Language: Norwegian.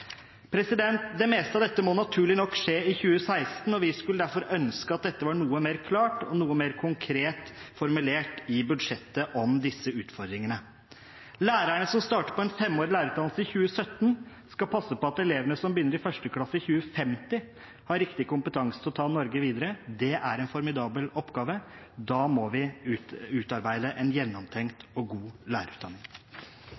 Det meste av dette må naturlig nok skje i 2016, og vi skulle derfor ønske at dette var noe mer klart og noe mer konkret formulert i budsjettet om disse utfordringene. Lærerne som starter på en femårig lærerutdannelse i 2017, skal passe på at elevene som begynner i 1. klasse i 2050 har riktig kompetanse til å ta Norge videre. Det er en formidabel oppgave. Da må vi utarbeide en gjennomtenkt og god lærerutdanning.